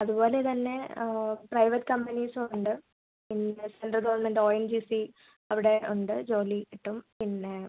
അതുപോലെ തന്നെ പ്രൈവറ്റ് കമ്പനീസും ഉണ്ട് പിന്നെ central government O N G C അവിടെ ഉണ്ട് ജോലി കിട്ടും പിന്നെ